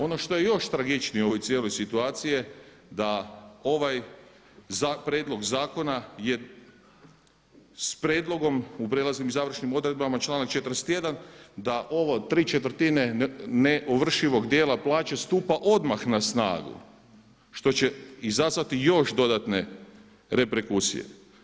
Ono što je još tragičnije u ovoj cijeloj situaciji je da ovaj prijedlog zakona je s prijedlogom u prijelaznim i završnim odredbama članak 41. da ovo ¾ neovršivog dijela plaće stupa odmah na snagu što će izazvati još dodatne reperkusije.